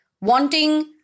wanting